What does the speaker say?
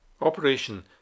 Operation